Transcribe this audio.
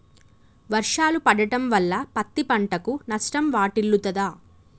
వర్షాలు పడటం వల్ల పత్తి పంటకు నష్టం వాటిల్లుతదా?